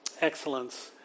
excellence